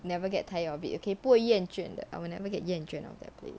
never get tired of it okay 不会厌倦的 I will never get 厌倦 of that place